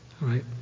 right